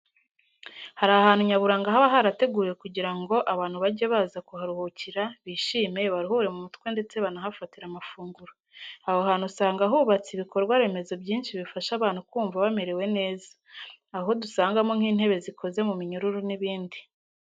Hari ahantu nyaburanga haba harateguwe kugira ngo abantu bajye baza kuharuhukira, bishime, baruhure mu mutwe ndetse banahafatire amafunguro. Aho hantu usanga hubatse ibikorwa remezo byinshi bifasha abantu kumva bamerewe neza, aha dusangamo nk'intebe zikoze mu minyururu n'ibindi.